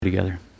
together